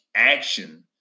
action